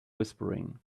whispering